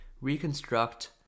reconstruct